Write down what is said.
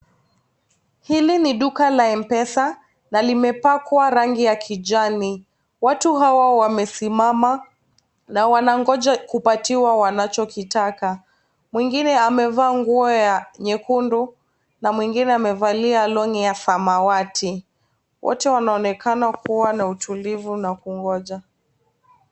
Hili ni duka la Mpesa, na limepakwa rangi ya kijani. Watu hawa wamesimama, na wanangoja kupatiwa wanachokitaka. Mwingine amevaa nguo ya nyekundu, na mwingine amevalia (cs)longi(cs) ya samawati. Wote wanaonekana kuwa na utulivu na kungoja.